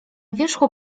wierzchu